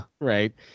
right